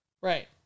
Right